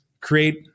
create